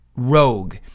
Rogue